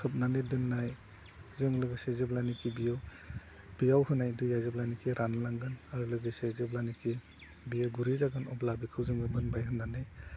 खोबनानै दोननाय जों लोगोसे जेब्लानोखि बियो बेयाव होनाय दैआ जेब्लानोखि रानलांगोन आरो लोगोसे जेब्लानोखि बेयो गुरै जागोन अब्ला बेखौ जोङो मोनबाय होन्नानै